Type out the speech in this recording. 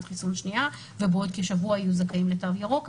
חיסון שנייה ובעוד כשבוע יהיו זכאים לתו ירוק.